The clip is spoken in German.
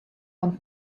und